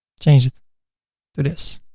change it to this.